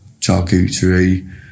charcuterie